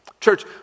Church